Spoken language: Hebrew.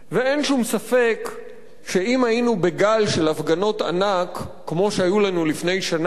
ואין שום ספק שאם היינו בגל של הפגנות ענק כמו שהיו לנו לפני שנה,